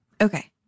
Okay